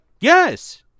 yes